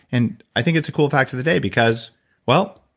and i think it's a cool fact of the day because well,